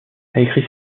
écrit